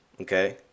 okay